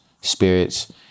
spirits